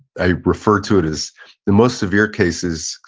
i refer to it as the most severe cases.